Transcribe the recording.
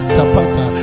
Tapata